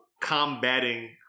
combating